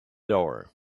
door